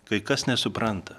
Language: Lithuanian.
kai kas nesupranta